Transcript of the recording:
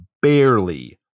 barely